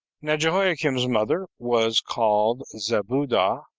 now jehoiakim's mother was called zebudah,